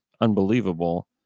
unbelievable